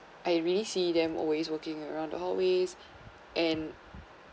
I really see them always working around the hallways and